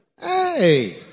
hey